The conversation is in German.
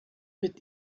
mit